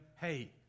hey